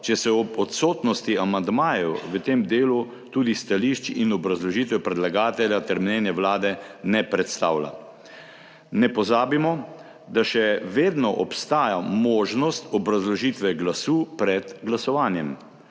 če se ob odsotnosti amandmajev v tem delu ne predstavlja tudi stališč in obrazložitev predlagatelja ter mnenje Vlade. Ne pozabimo, da še vedno obstaja možnost obrazložitve glasu pred glasovanjem.